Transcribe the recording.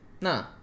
Nah